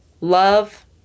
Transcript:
love